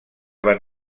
van